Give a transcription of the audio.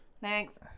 Thanks